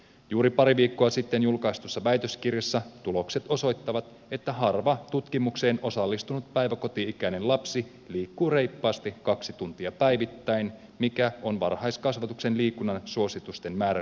juuri pari viikkoa sitten julkaistussa väitöskirjassa tulokset osoittavat että harva tutkimukseen osallistunut päiväkoti ikäinen lapsi liikkuu reippaasti kaksi tuntia päivittäin mikä on varhaiskasvatuksen liikunnan suositusten määrällinen tavoite